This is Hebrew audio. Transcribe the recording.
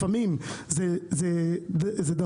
לפעמים זה דחוף,